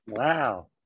Wow